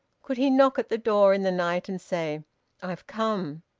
could he knock at the door in the night and say i've come.